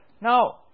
Now